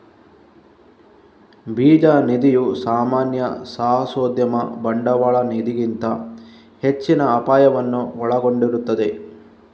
ಬೀಜ ನಿಧಿಯು ಸಾಮಾನ್ಯ ಸಾಹಸೋದ್ಯಮ ಬಂಡವಾಳ ನಿಧಿಗಿಂತ ಹೆಚ್ಚಿನ ಅಪಾಯವನ್ನು ಒಳಗೊಂಡಿರುತ್ತದೆ